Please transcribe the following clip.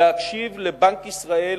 להקשיב לבנק ישראל,